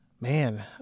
Man